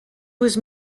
was